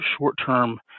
short-term